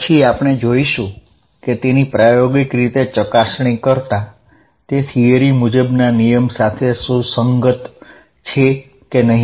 પછી આપણે જોઇશું કે તેની પ્રાયોગિક રીતે ચકાસણી કરતા તે થીયરી મુજબના નિયમ સાથે સુસંગત છે કે નહિ